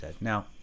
now